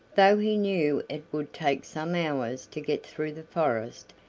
though he knew it would take some hours to get through the forest,